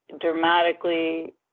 dramatically